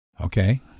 Okay